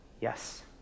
Yes